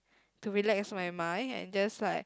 to relax my mind and just like